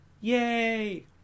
Yay